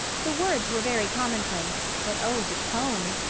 the words were very commonplace, but oh, the tone!